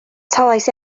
talais